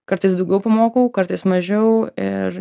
kartais daugiau pamokau kartais mažiau ir